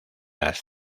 las